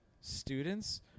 students –